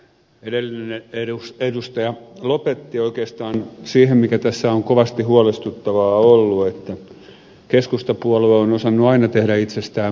edellinen edustaja lopetti oikeastaan siihen mikä tässä on kovasti huolestuttavaa ollut että keskustapuolue on osannut aina tehdä itsestään marttyyrin